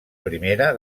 primera